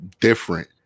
different